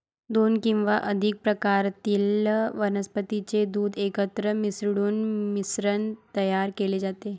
दोन किंवा अधिक प्रकारातील वनस्पतीचे दूध एकत्र मिसळून मिश्रण तयार केले जाते